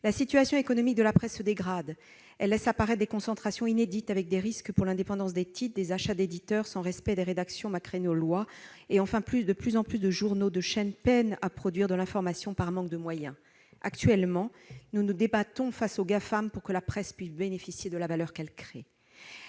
la situation économique de la presse se dégrade, laissant apparaître des concentrations inédites, avec des risques pour l'indépendance des titres, et des achats d'éditeur sans respect des rédactions, malgré nos lois. De plus en plus de journaux et de chaînes peinent à produire de l'information par manque de moyens. Actuellement, nous nous débattons face aux Gafam pour que la presse bénéficie de la valeur qu'elle crée.